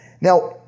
Now